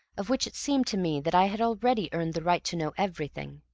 of which it seemed to me that i had already earned the right to know everything.